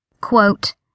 Quote